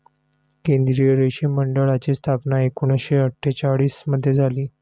केंद्रीय रेशीम मंडळाची स्थापना एकूणशे अट्ठेचालिश मध्ये झाली